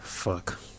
Fuck